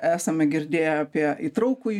esame girdėję apie įtraukųjį